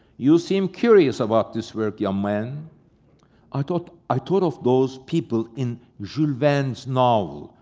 you seem curious about this work, young man i thought i thought of those people in jules verne's novel,